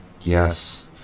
Yes